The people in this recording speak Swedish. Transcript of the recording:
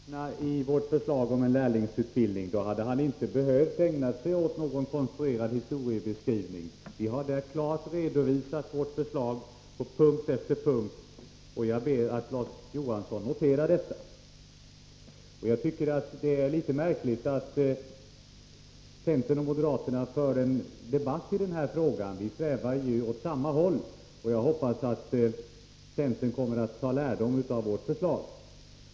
Herr talman! För det första: Om Larz Johansson hade lyssnat på de 20 punkterna i vårt förslag om en lärlingsutbildning hade han inte behövt ägna sig åt någon konstruerad historiebeskrivning. Vi har klart redovisat vårt förslag på punkt efter punkt. Jag ber att Larz Johansson noterar detta. Jag tycker det är litet märkligt att centern och moderaterna för en debatt i den här frågan. Vi strävar ju åt samma håll. Jag hoppas att centern kommer att ta lärdom av vårt förslag.